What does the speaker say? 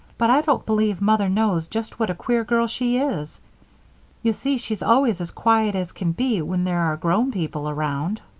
but i don't believe mother knows just what a queer girl she is you see she's always as quiet as can be when there are grown people around.